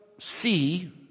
see